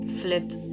flipped